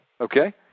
okay